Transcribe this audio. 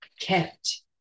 kept